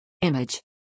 Image